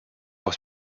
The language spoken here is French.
pour